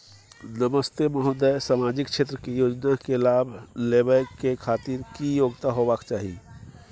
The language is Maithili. नमस्ते महोदय, सामाजिक क्षेत्र के योजना के लाभ लेबै के खातिर की योग्यता होबाक चाही?